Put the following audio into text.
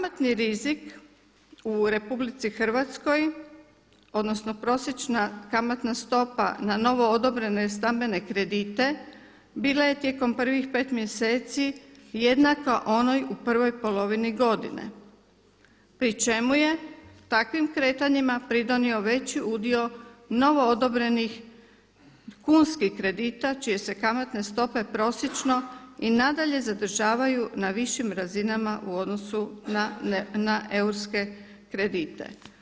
Kamatni rizik u RH odnosno prosječna kamatna stopa na novoodobrene stambene kredite bila je tijekom prvih pet mjeseci jednaka onoj u prvoj polovini godine, pri čemu je takvim kretanjima pridonio veći udio novoodobrenih kunskih kredita čije se kamatne stope prosječno i nadalje zadržavaju na višim razinama u odnosu na eurske kredite.